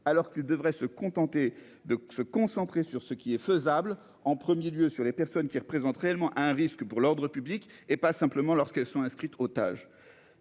contenter de se concentrer sur ce qui est faisable en 1er lieu sur les personnes. Qui représente réellement un risque pour l'ordre public et pas simplement lorsqu'elles sont inscrites otages.